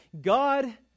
God